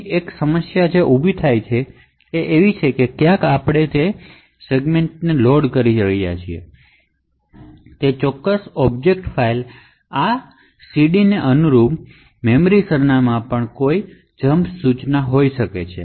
અહીં જે સમસ્યા ઉભી થઈ શકે છે તે છે કે ક્યાંક આપણે તે સેગમેન્ટમાં લોડ કરી રહ્યાં છીએ તે ઑબ્જેક્ટ ફાઇલ આ CDને અનુરૂપ આ મેમરી સરનામાં પર કોઈ જંપ ઇન્સટ્રકશન હોઈ શકે છે